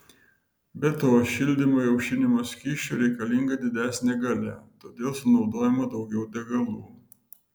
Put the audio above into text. be to šildymui aušinimo skysčiu reikalinga didesnė galia todėl sunaudojama daugiau degalų